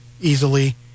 easily